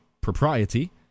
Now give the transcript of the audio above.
propriety